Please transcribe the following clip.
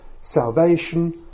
salvation